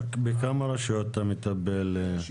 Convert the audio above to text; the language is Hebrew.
בכמה רשויות אתה מטפל, נתן?